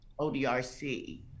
ODRC